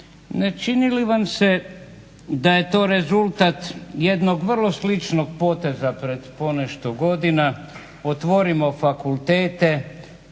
Ne čini li vam se da je to rezultat jednog vrlo sličnog poteza pred ponešto godina, otvorimo fakultete